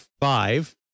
five